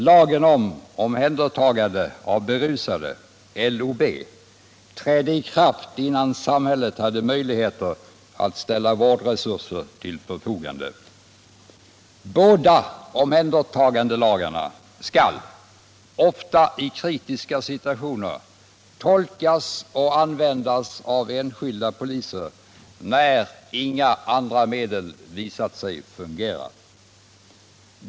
Lagen om omhändertagande av berusade, LOB, trädde i kraft innan samhället hade möjligheter att ställa vårdresurser till förfogande. Båda omhändertagandelagarna skall — ofta i kritiska situationer — tolkas och användas av enskilda poliser, när inga andra medel visat sig fungera.